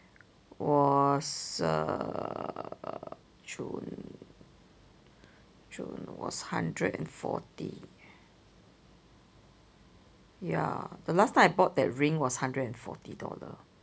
was err june june was hundred and fourty ya the last time I bought the ring was hundred and fourty dollars